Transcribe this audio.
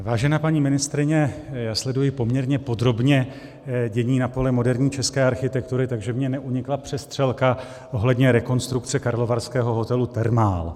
Vážená paní ministryně, já sleduji poměrně podrobně dění na poli moderní české architektury, takže mně neunikla přestřelka ohledně rekonstrukce karlovarského hotelu Thermal.